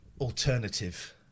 Alternative